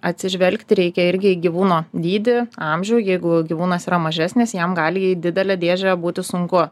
atsižvelgti reikia irgi gyvūno dydį amžių jeigu gyvūnas yra mažesnis jam gali į didelę dėžę būtų sunku